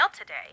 today